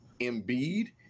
Embiid